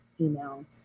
email